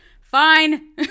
fine